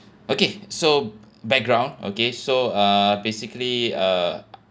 okay so background okay so uh basically uh